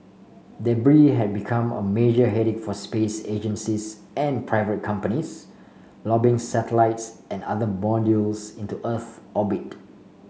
debris had become a major headache for space agencies and private companies lobbing satellites and other modules into Earth orbit